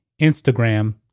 Instagram